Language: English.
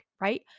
right